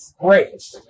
great